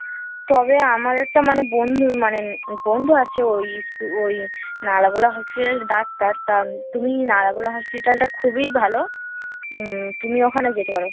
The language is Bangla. তবে আমার একটা মানে বন্ধুর মানে বন্ধু আছে ওই ইস্কু ওই নালাগোলা হসপিটালের ডাক্তার তা তুমি নালাগোলা হসপিটালটা খুবই ভালো তুমি ওখানে যেতে পারো